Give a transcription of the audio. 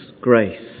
grace